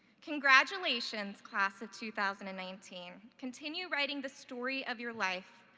congratulations class of two thousand and nineteen. continue writing the story of your life.